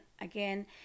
Again